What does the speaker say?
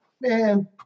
Man